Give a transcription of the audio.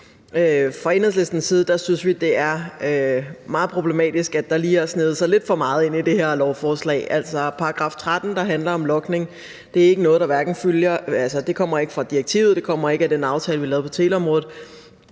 Fra Enhedslistens side synes vi, det er meget problematisk, at der lige har sneget sig lidt for meget ind i det her lovforslag. § 13, der handler om logning, kommer ikke fra direktivet, det kommer ikke af den aftale, vi lavede på teleområdet,